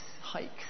hikes